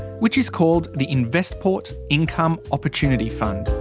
which is called the investport income opportunity fund,